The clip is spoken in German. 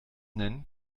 nennen